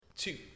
Two